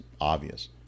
obvious